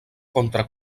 contra